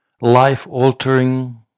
life-altering